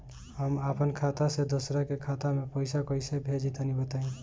हम आपन खाता से दोसरा के खाता मे पईसा कइसे भेजि तनि बताईं?